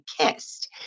kissed